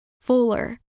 fuller